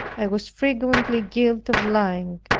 i was frequently guilty of lying.